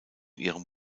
ihrem